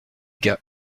gars